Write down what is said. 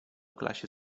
klasie